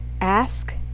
Ask